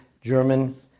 German